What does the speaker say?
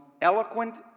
eloquent